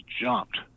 jumped